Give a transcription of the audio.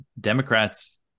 Democrats